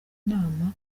inama